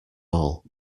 all